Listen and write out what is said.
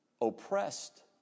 Oppressed